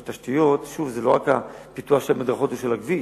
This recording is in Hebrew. שוב, תשתיות זה לא רק פיתוח של מדרכות ושל כבישים,